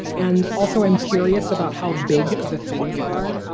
and also, i'm curious about how big the things are. ah